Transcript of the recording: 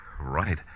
Right